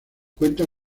cuenta